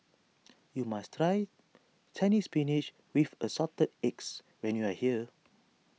you must try Chinese Spinach with Assorted Eggs when you are here